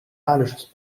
bad